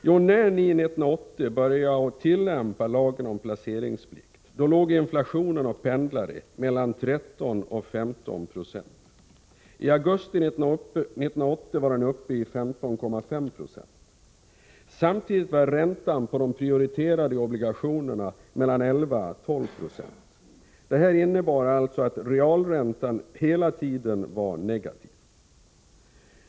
Jo, när ni 1980 började tillämpa lagen om placeringsplikt, låg inflationen och pendlade mellan 13 och 1596. I augusti 1980 var den uppe i 15,5 20. Samtidigt var räntan på de prioriterade obligationerna mellan 11 och 12 76. Det här innebar alltså att realräntan hela tiden var negativ.